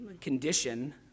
condition